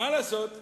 מה לעשות?